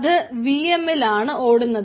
അത് vm ൽ ആണ് ഓടുന്നത്